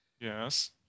Yes